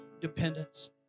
dependence